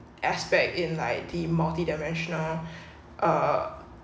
aspect in like the multi dimensional uh